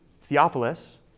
Theophilus